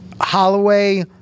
Holloway